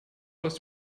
aus